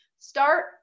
Start